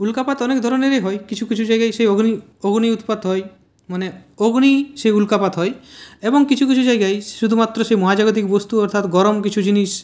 উল্কাপাত অনেক ধরণেরই হয় কিছু কিছু জায়গায় সেই অগ্নি অগ্নি উতপাত হয় মানে অগ্নি সে উল্কাপাত হয় এবং কিছু কিছু জায়গায় শুধুমাত্র সে মহাজাগতিক বস্তু অর্থাৎ সে গরম কিছু জিনিস